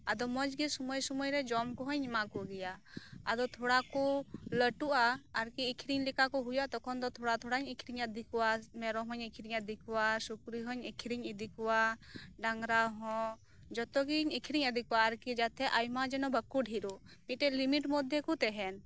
ᱟᱫᱚ ᱢᱚᱸᱡᱽ ᱜᱮ ᱥᱳᱢᱳᱭ ᱥᱳᱢᱟᱳᱭ ᱨᱮ ᱡᱚᱢ ᱠᱚᱦᱚᱸᱧ ᱮᱢᱟ ᱠᱚᱜᱮᱭᱟ ᱟᱫᱚ ᱛᱷᱚᱲᱟ ᱠᱚ ᱞᱟᱹᱴᱩᱜᱼᱟ ᱟᱨ ᱠᱤ ᱟᱠᱷᱨᱤᱧ ᱞᱮᱠᱟ ᱦᱳᱭᱳᱜᱼᱟ ᱛᱚᱠᱷᱚᱱ ᱫᱚ ᱛᱷᱚᱲᱟ ᱛᱷᱚᱲᱟᱧ ᱟᱠᱷᱨᱤᱧ ᱟᱫᱷᱤ ᱠᱚᱣᱟ ᱢᱮᱨᱚᱢ ᱦᱚᱸᱧ ᱟᱠᱷᱨᱤᱧ ᱟᱫᱷᱤ ᱠᱚᱣᱟ ᱥᱩᱠᱨᱤ ᱦᱚᱸᱧ ᱟᱠᱷᱨᱤᱧ ᱤᱫᱤ ᱠᱚᱣᱟ ᱰᱟᱝᱨᱟ ᱦᱚᱸ ᱡᱚᱛᱚᱜᱤᱧ ᱟᱠᱷᱨᱤᱧ ᱟᱫᱷᱤ ᱠᱚᱣᱟ ᱟᱨ ᱠᱤ ᱡᱟᱛᱮ ᱟᱭᱢᱟ ᱡᱮᱱᱚ ᱵᱟᱠᱚ ᱫᱷᱮᱨᱟ ᱢᱤᱫ ᱴᱮᱱ ᱞᱤᱢᱤᱴ ᱢᱚᱫᱽᱫᱷᱮ ᱠᱚ ᱛᱟᱦᱮᱱ